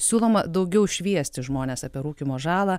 siūloma daugiau šviesti žmones apie rūkymo žalą